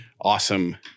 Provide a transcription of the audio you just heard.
Awesome